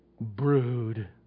brood